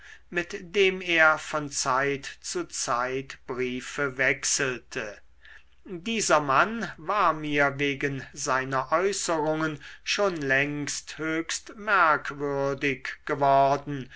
mit dem er von zeit zu zeit briefe wechselte dieser mann war mir wegen seiner äußerungen schon längst höchst merkwürdig geworden